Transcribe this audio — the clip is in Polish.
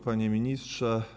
Panie Ministrze!